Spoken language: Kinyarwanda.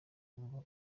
ako